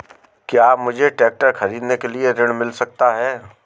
क्या मुझे ट्रैक्टर खरीदने के लिए ऋण मिल सकता है?